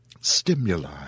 stimuli